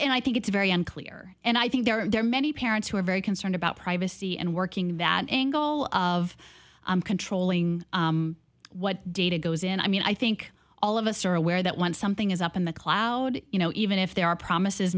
and i think it's very unclear and i think there are many parents who are very concerned about privacy and working that angle of controlling what data goes in i mean i think all of us are aware that when something is up in the cloud you know even if there are promises